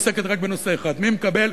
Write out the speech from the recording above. עוסקת רק בנושא אחד: מי מקבל,